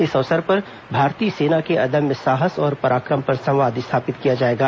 इस अवसर पर भारतीय सेना के अदम्य साहस और पराक्रम पर संवाद स्थापित किया जाएगा